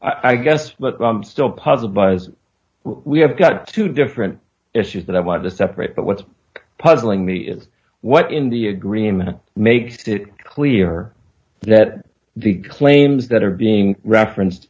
yes i guess but i'm still puzzled buzz we have got two different issues that i want to separate but what's puzzling me is what in the agreement makes it clear that the claims that are being reference